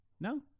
No